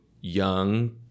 young